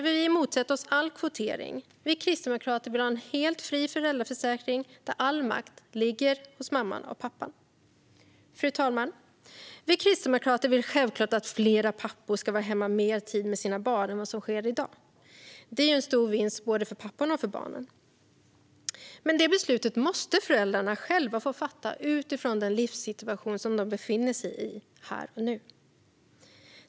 Vi motsätter oss all kvotering. Vi kristdemokrater vill ha en helt fri föräldraförsäkring där all makt ligger hos mamman och pappan. Fru talman! Vi kristdemokrater vill självklart att fler pappor ska vara hemma mer tid med sina barn än vad som sker i dag. Det vore en vinst både för papporna och för barnen. Men det beslutet måste föräldrarna själva få fatta utifrån den livssituation som de befinner sig i här och nu.